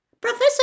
Professor